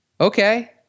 Okay